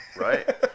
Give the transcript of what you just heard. Right